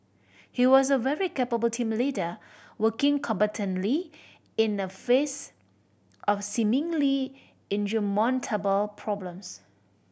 he was a very capable team leader working competently in the face of seemingly insurmountable problems